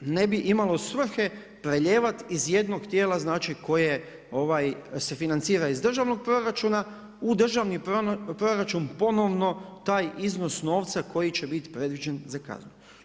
ne bi imalo svrhe prelijevat iz jednog tijela koje se financira iz državnog proračuna u državni proračun ponovno taj iznos novca koji će biti predviđen za kazne.